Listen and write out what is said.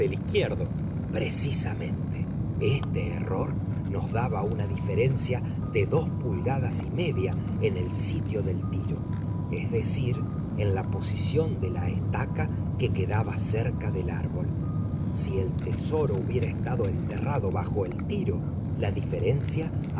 precisamente este error nos daba una diferencia de dos pulgadas y media en el sitio del tiro es decir en la posición de la estaca que quedaba cerca del árbol si el tesoro hubiera estado enterrado bajo el tiro la diferencia